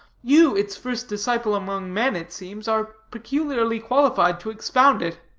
you, its first disciple among men, it seems, are peculiarly qualified to expound it.